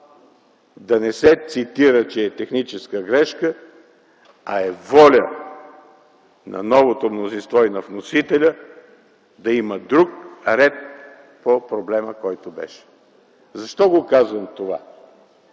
да не се цитира, че е техническа грешка, а е воля на новото мнозинство и на вносителя да има друг ред по проблема, който беше. Защо казвам това?